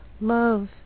love